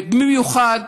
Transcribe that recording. במיוחד